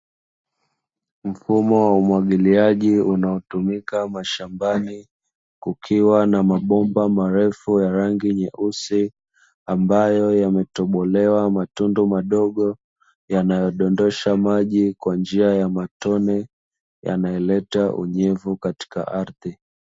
Mfumo wa umwagiliaji unaotumika mashambani, kukiwa na mabomba marefu ya rangi nyeusi, ambayo yametobolewa matundu madogo, yanayodondosha maji kwa njia ya matone, yanayoleta unyevu katika ardhi.